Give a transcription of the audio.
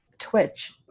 Twitch